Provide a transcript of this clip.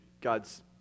God's